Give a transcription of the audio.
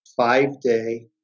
five-day